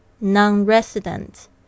non-resident